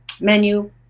menu